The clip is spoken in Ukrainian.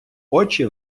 очі